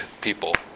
people